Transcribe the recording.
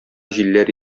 җилләр